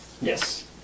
Yes